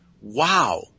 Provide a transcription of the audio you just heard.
wow